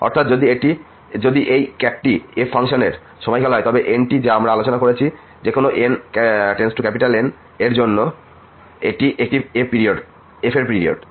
সুতরাং যদি এই T f ফাংশনের সময়কাল হয় তাহলে nT যা আমি আলোচনা করেছি যেকোন n∈N এর জন্য এটিও একটি f এর পিরিয়ড